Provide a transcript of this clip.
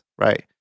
right